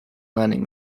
learning